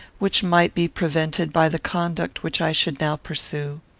which might be prevented by the conduct which i should now pursue.